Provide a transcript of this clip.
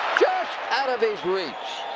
just out of his reach!